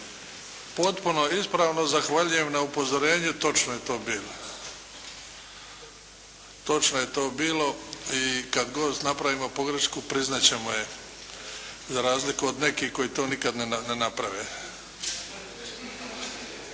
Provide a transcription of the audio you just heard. Potpuno ispravno. Zahvaljujem na upozorenju, točno je to bilo. Točno je to bilo i kad god napravimo pogreški, priznat ćemo je, za razliku od nekih koji to nikad ne naprave.